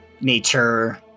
nature